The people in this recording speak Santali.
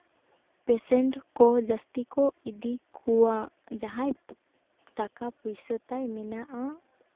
ᱯᱮᱥᱮᱱᱴ ᱠᱚ ᱡᱟᱹᱥᱛᱤ ᱠᱚ ᱤᱫᱤ ᱠᱚᱣᱟ ᱡᱟᱦᱟᱸᱭ ᱴᱟᱠᱟ ᱯᱚᱭᱥᱟ ᱛᱟᱭ ᱢᱮᱱᱟᱜᱼᱟ